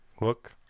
look